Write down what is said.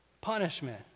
punishment